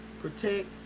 protect